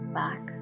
back